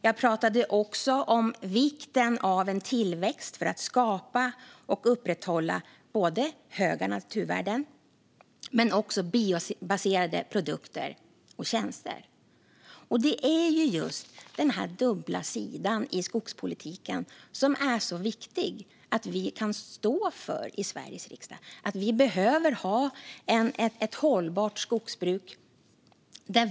Jag pratade också om vikten av en tillväxt för att skapa och upprätthålla såväl höga naturvärden som biobaserade produkter och tjänster. Det är just den här dubbla sidan i skogspolitiken som det är så viktigt att vi kan stå för i Sveriges riksdag. Vi behöver ha ett hållbart skogsbruk.